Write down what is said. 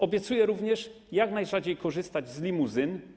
Obiecuję również jak najrzadziej korzystać z limuzyn.